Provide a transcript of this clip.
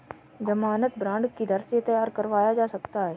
ज़मानत बॉन्ड किधर से तैयार करवाया जा सकता है?